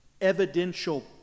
evidential